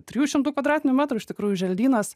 trijų šimtų kvadratinių metrų iš tikrųjų želdynas